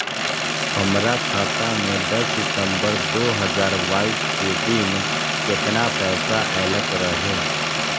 हमरा खाता में दस सितंबर दो हजार बाईस के दिन केतना पैसा अयलक रहे?